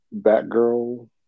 Batgirl